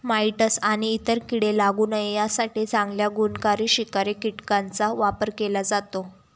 mites आणि इतर कीडे लागू नये यासाठी चांगल्या गुणकारी शिकारी कीटकांचा वापर केला जातो